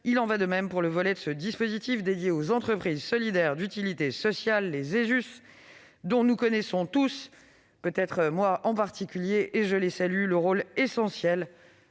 Il en va de même pour le volet de ce dispositif dédié aux entreprises solidaires d'utilité sociale, les ESUS, dont nous connaissons tous, moi tout particulièrement, le rôle essentiel